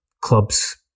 clubs